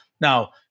Now